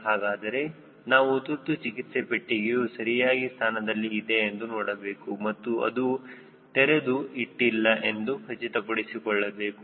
ಹಾಗಾದರೆ ನಾವು ತುರ್ತು ಚಿಕಿತ್ಸೆ ಪೆಟ್ಟಿಗೆಯು ಸರಿಯಾಗಿ ಸ್ಥಾನದಲ್ಲಿ ಇದೆ ಎಂದು ನೋಡಬೇಕು ಮತ್ತು ಅದು ತೆರೆದು ಇಟ್ಟಿಲ್ಲ ಎಂದು ಖಚಿತಪಡಿಸಿಕೊಳ್ಳಬೇಕು